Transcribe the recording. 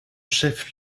chef